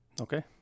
Okay